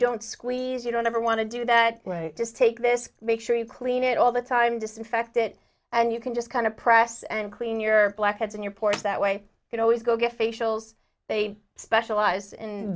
don't squeeze you don't ever want to do that just take this make sure you clean it all the time disinfect it and you can just kind of press and clean your black eyes and your ports that way you can always go get facials they specialize in